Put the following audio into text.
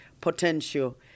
potential